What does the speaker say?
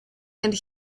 and